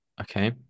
Okay